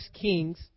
Kings